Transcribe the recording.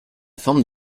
forme